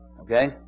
Okay